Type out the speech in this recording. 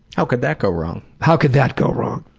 how could that go wrong? how could that go wrong.